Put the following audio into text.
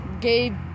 Gabe